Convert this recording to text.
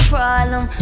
Problem